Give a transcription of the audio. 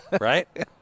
Right